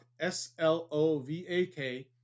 S-L-O-V-A-K